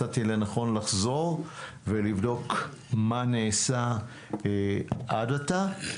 מצאתי לנכון לחזור ולבדוק מה נעשה עד עתה.